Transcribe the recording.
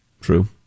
True